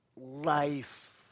life